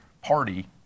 party